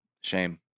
Shame